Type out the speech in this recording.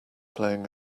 playing